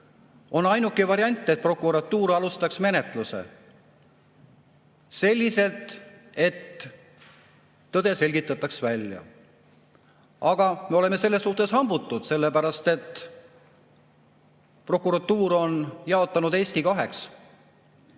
Ainuke variant on, et prokuratuur alustaks menetlust ja tõde selgitataks välja. Aga me oleme selles suhtes hambutud, sellepärast et prokuratuur on jaotanud Eesti kaheks.